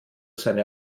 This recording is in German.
seine